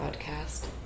podcast